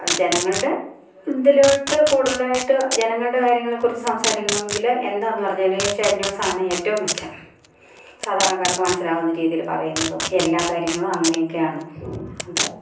ജനങ്ങളുടെ ഇതിലോട്ട് കൂടുതലായിട്ട് ജനങ്ങളുടെ കാര്യങ്ങളെക്കുറിച്ച് സംസാരിക്കണമെങ്കില് എന്താന്ന് പറഞ്ഞാല് ഏഷ്യാനെറ്റ് ന്യൂസാണ് ഏറ്റവും മെച്ചം സാധാരണക്കാർക്ക് മനസിലാകുന്ന രീതിയിൽ പറയുന്നതും എല്ലാ കാര്യങ്ങളും അങ്ങനെ ഒക്കെയാണ് അത്